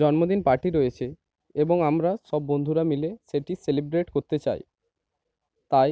জন্মদিন পার্টি রয়েছে এবং আমরা সব বন্ধুরা মিলে সেটি সেলিব্রেট করতে চাই তাই